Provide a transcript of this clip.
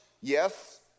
Yes